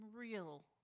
real